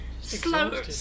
slow